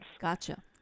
Gotcha